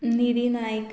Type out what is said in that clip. निधी नायक